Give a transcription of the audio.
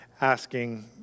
asking